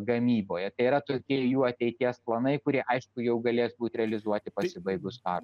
gamyboje tai yra tokie jų ateities planai kurie aišku jau galės būt realizuoti pasibaigus karui